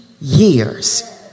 years